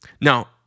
Now